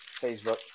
Facebook